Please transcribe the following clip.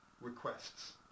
requests